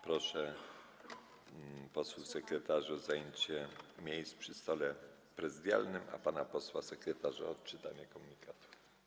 Proszę posłów sekretarzy o zajęcie miejsc przy stole prezydialnym, a pana posła sekretarza o odczytanie komunikatów.